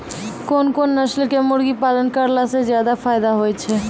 कोन कोन नस्ल के मुर्गी पालन करला से ज्यादा फायदा होय छै?